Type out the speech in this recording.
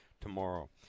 tomorrow